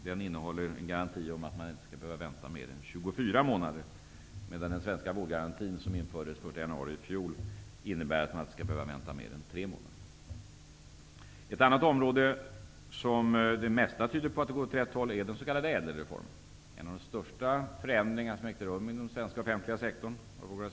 Den innebär att man inte skall behöva vänta mer än 24 månader, medan den svenska vårdgarantin, som infördes den 1 januari i fjol, innebär att man inte skall behöva vänta mer än tre månader. Ett annat område, där det mesta tyder på att utvecklingen går åt rätt håll, är den s.k. ÄDEL reformen, en av de största förändringar av organisatorisk art som har ägt rum inom den svenska offentliga sektorn.